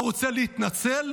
אתה רוצה להתנצל?